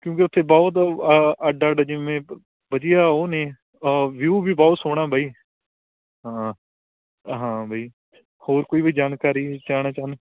ਕਿਉਂਕਿ ਉੱਥੇ ਬਹੁਤ ਅੱਡ ਅੱਡ ਜਿਵੇਂ ਵਧੀਆ ਉਹ ਨੇ ਵਿਊ ਵੀ ਬਹੁਤ ਸੋਹਣਾ ਬਾਈ ਹਾਂ ਹਾਂ ਬਾਈ ਹੋਰ ਕੋਈ ਵੀ ਜਾਣਕਾਰੀ ਜਾਣਾ ਚਾਹੁੰਦੇ